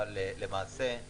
אבל למעשה הוא